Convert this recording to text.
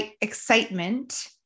excitement